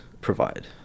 provide